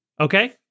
okay